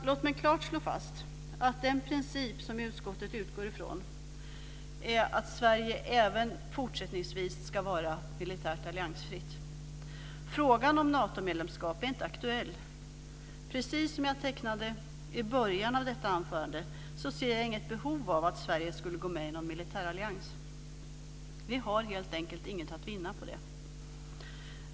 Låt mig klart slå fast att den princip som utskottet utgår ifrån är att Sverige även fortsättningsvis ska vara militärt alliansfritt. Frågan om Natomedlemskap är inte aktuell. Precis som jag tecknade i början av mitt anförande ser jag inget behov av att Sverige skulle gå med i någon militärallians. Vi har helt enkelt inget att vinna på det.